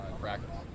practice